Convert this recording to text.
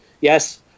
yes